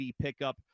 pickup